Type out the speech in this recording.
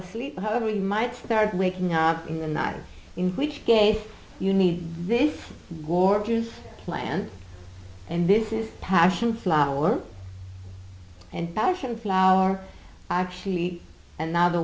asleep however you might start waking up in the night in which case you need this war proof plan and this is passion flower and passion flower actually and now the